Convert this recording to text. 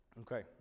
Okay